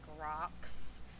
rocks